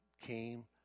came